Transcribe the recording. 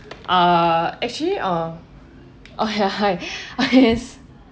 uh actually uh hi hi yes